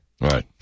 Right